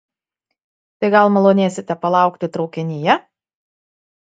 tai gal malonėsite palaukti traukinyje